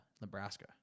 Nebraska